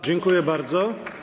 Dziękuję bardzo.